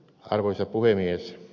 arvoisa puhemies